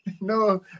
No